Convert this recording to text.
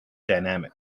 dynamic